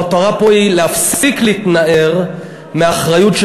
המטרה פה היא להפסיק להתנער מהאחריות של